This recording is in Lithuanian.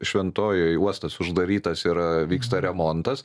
šventojoj uostas uždarytas yra vyksta remontas